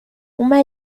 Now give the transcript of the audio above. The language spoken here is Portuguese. uma